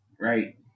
right